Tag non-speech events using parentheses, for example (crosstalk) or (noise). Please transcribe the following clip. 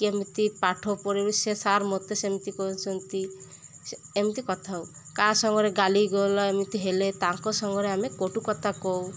କେମିତି ପାଠ ପଢ଼ିବ ସେ ସାର୍ ମତେ ସେମିତି କହୁଛନ୍ତି (unintelligible) ଏମିତି କଥା ହଉ କାହା ସାଙ୍ଗରେ ଗାଳି ଗୋଳ ଏମିତି ହେଲେ ତାଙ୍କ ସାଙ୍ଗରେ ଆମେ କଟୁ କଥା କହୁ